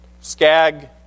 skag